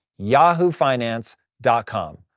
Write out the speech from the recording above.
yahoofinance.com